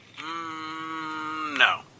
No